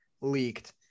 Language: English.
leaked